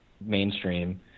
mainstream